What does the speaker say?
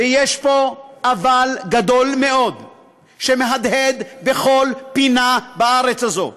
ויש פה אבל גדול מאוד שמהדהד בכל פינה בארץ הזאת,